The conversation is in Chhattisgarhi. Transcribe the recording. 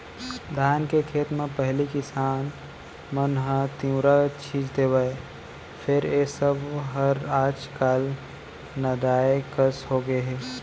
धान के खेत म पहिली किसान मन ह तिंवरा छींच देवय फेर ए सब हर आज काल नंदाए कस होगे हे